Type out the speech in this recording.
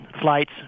flights